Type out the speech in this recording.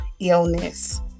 illness